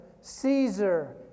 Caesar